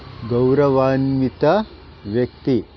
ಗೌರವಾನ್ವಿತ ವ್ಯಕ್ತಿ